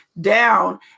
down